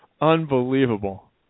Unbelievable